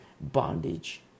bondage